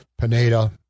Pineda